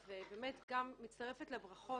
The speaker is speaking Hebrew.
אני מצטרפת לברכות.